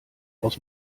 aus